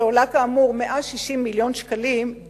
שעולה כאמור 160 מיליון שקלים,